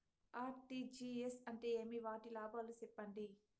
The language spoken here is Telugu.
ఆర్.టి.జి.ఎస్ అంటే ఏమి? వాటి లాభాలు సెప్పండి?